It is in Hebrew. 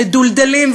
מדולדלים,